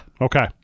Okay